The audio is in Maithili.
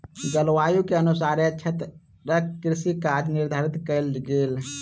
जलवायु के अनुसारे क्षेत्रक कृषि काज निर्धारित कयल गेल